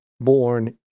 born